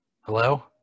Hello